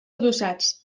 adossats